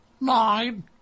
Nine